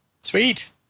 Sweet